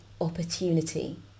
opportunity